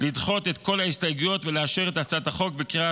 לדחות את כל ההסתייגויות ולאשר את הצעת החוק בקריאה